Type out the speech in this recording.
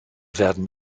werden